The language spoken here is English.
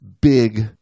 big